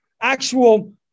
actual